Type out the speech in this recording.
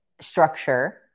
structure